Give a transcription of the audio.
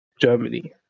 Germany